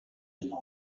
lieux